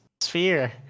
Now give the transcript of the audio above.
sphere